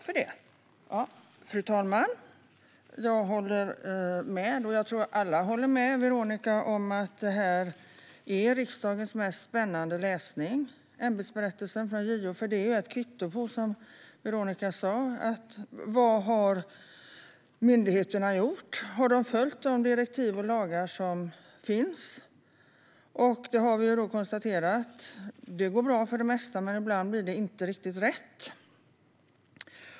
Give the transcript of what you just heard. Fru talman! Jag tror att vi alla håller med om att ämbetsberättelsen från JO är riksdagens mest spännande läsning, för det är, som Veronica sa, ett kvitto på vad myndigheterna har gjort. Har de följt de direktiv och lagar som finns? Vi har konstaterat att det går bra för det mesta, men ibland blir det inte riktigt rätt.